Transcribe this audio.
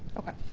okay.